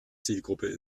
zielgruppe